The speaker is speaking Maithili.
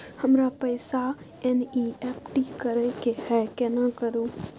हमरा पैसा एन.ई.एफ.टी करे के है केना करू?